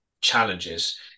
challenges